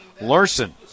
Larson